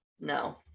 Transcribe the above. No